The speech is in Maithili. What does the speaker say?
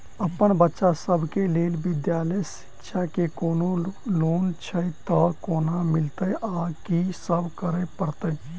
अप्पन बच्चा सब केँ लैल विधालय शिक्षा केँ कोनों लोन छैय तऽ कोना मिलतय आ की सब करै पड़तय